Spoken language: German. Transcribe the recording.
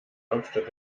hauptstadt